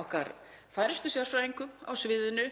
okkar færustu sérfræðingum á sviðinu.